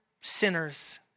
sinners